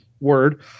word